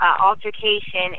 altercation